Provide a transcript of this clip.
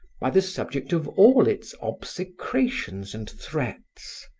by the subject of all its obsecrations and threats.